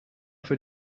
für